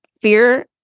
fear